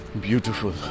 Beautiful